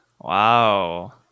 Wow